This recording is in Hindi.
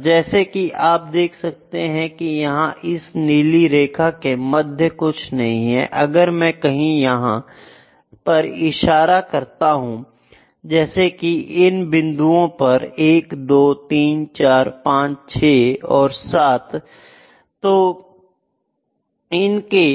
जैसा कि आप देख सकते हैं कि यहां इस नीली रेखा के मध्य कुछ नहीं है अगर मैं कहीं यहां पर इशारा करता हूं जैसे कि इन बिंदुओं पर 1 23456 और 7 तो इनके